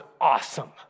awesome